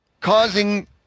causing